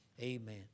Amen